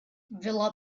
villa